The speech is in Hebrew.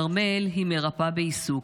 כרמל היא מרפאה בעיסוק,